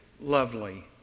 lovely